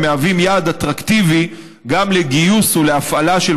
הם מהווים יעד אטרקטיבי גם לגיוס ולהפעלה של